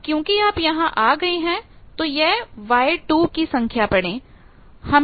अब क्योंकि आप यहां आ गए हैं तो यह Y2 की संख्या पढ़ें